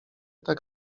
tak